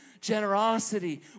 generosity